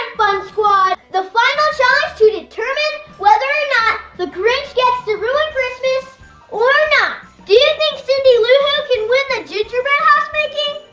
fun squad. the final chance to determine whether or not the grinch gets to ruin christmas or not. do you think cindy lou who can win the gingerbread house making?